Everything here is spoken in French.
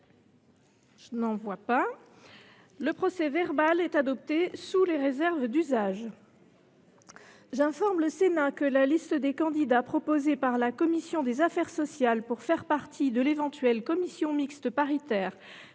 d’observation ?… Le procès verbal est adopté sous les réserves d’usage. J’informe le Sénat que la liste des candidats proposés par la commission des affaires sociales pour siéger au sein de l’éventuelle commission mixte paritaire